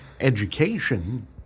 education